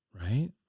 Right